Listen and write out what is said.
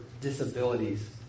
disabilities